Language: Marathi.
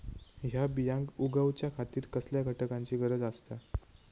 हया बियांक उगौच्या खातिर कसल्या घटकांची गरज आसता?